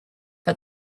but